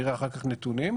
נראה אחר כך נתונים.